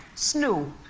snow.